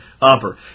upper